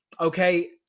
okay